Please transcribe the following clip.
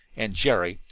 and jerry,